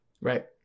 right